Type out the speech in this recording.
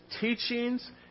teachings